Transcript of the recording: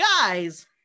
guys